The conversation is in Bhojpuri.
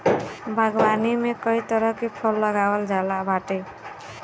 बागवानी में कई तरह के फल लगावल जात बाटे